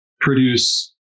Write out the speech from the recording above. produce